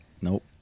nope